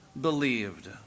believed